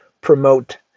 promote